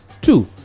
Two